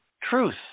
truth